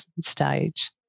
stage